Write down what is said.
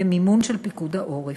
במימון של פיקוד העורף.